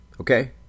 Okay